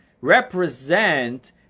represent